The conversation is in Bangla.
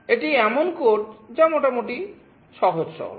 এটি এমন কোড যা মোটামুটি সহজ সরল